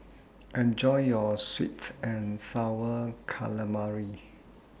Enjoy your Sweet and Sour Calamari